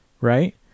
right